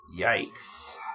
Yikes